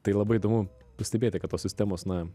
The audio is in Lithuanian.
tai labai įdomu pastebėti kad tos sistemos na